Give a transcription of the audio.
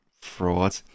fraud